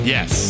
Yes